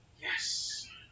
Yes